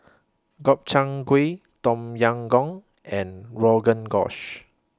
Gobchang Gui Tom Yam Goong and Rogan Josh